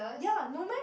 ya no meh